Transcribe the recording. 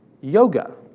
yoga